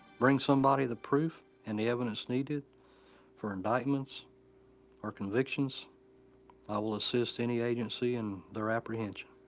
bring somebody the proof and the evidence needed for indictments or convictions i will assist any agency in their apprehension.